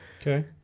Okay